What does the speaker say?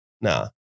Nah